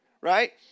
right